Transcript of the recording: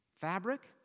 fabric